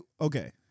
okay